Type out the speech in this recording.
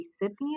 recipient